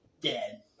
dead